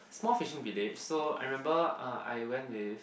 small fishing village so I remember uh I went with